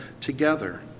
together